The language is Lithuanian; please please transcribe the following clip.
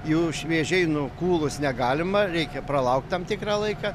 jų šviežiai nukūlus negalima reikia pralaukt tam tikrą laiką